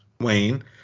Wayne